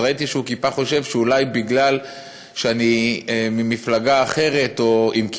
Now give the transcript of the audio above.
ואז ראיתי שהוא טיפה חושב שאולי בגלל שאני ממפלגה אחרת או עם כיפה,